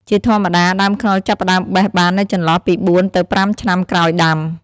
ជាធម្មតា ដើមខ្នុរចាប់ផ្ដើមបេះបាននៅចន្លោះពី ៤ ទៅ ៥ ឆ្នាំក្រោយដាំ។